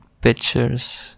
pictures